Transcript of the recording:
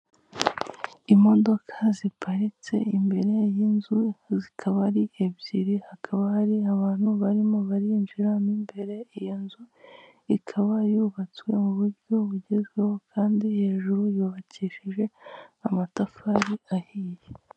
Imodoka ziparitse imbere y'inzu zikaba ari ebyiri, hakaba hari abantu barimo barinjiramo. Imbere yiyo nzu ikaba yubatswe mu buryo bugezweho, kandi hejuru yubakishije amatafari ahiye.